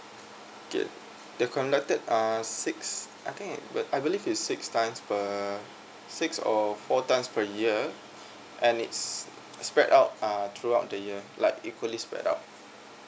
okay they are conducted err six I think uh I believe it's six times uh six or four times per year and it's spread out uh throughout the year like equally spread up